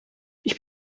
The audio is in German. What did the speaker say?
ich